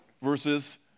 versus